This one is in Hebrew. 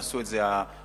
עשו את זה תורמים,